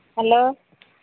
hello